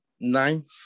Ninth